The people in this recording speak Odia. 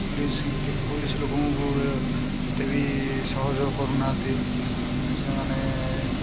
ପୋଲିସ୍ ପୋଲିସ୍ ଲୋକଙ୍କୁ ଏତେ ବି ସହଯୋଗ କରୁନାହାଁନ୍ତି ସେମାନେ